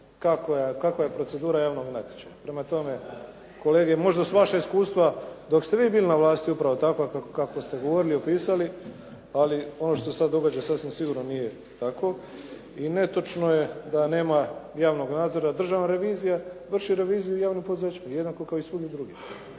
kakva je procedura javnog natječaja. Prema tome, kolege možda su vaša iskustva dok ste vi bili na vlasti upravo takva kako ste govorili i opisali, ali ono što se sad događa sasvim sigurno nije tako i netočno je da nema javnog nadzora. Državna revizija vrši reviziju javnih poduzeća jednako kao i svugdje drugdje.